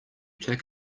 take